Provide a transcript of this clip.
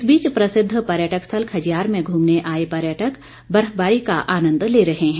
इस बीच प्रसिद्ध पर्यटक स्थल खजियार में घूमने आए पर्यटक बर्फबारी का आनंद ले रहे हैं